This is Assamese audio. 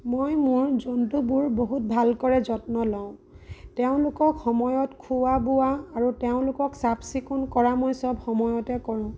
মই মোৰ জন্তুবোৰ বহুত ভাল কৰে যত্ন লওঁ তেওঁলোকক সময়ত খুওৱা বুওৱা আৰু তেওঁলোকক চাফ চিকুণ কৰা মই সব সময়তে কৰোঁ